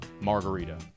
Margarita